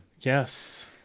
Yes